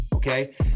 Okay